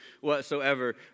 whatsoever